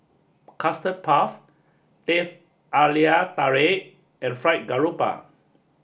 Custard Puff Teh Halia Tarik and Fried Garoupa